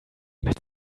mit